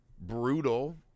brutal